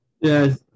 Yes